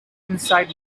inside